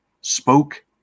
spoke